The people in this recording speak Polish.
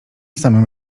samym